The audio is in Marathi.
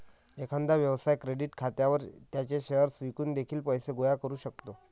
एखादा व्यवसाय क्रेडिट खात्यावर त्याचे शेअर्स विकून देखील पैसे गोळा करू शकतो